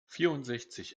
vierundsechzig